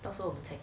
到时候